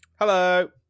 Hello